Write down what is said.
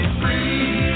free